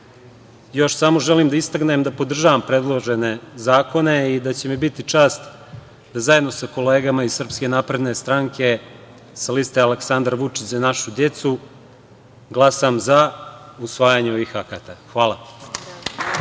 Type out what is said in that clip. još samo želim da istaknem da podržavam predložene zakone i da će mi biti čast da zajedno sa kolegama iz SNS sa liste Aleksandar Vučić – Za našu decu, glasam za usvajanje ovih akata. Hvala